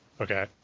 Okay